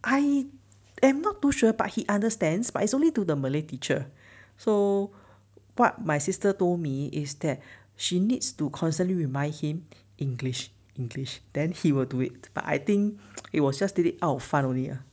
I am not too sure but he understands but it's only to the malay teacher so what my sister told me is that she needs to constantly remind him english english then he will do it but I think it was just did it out fun only ah